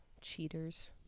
cheaters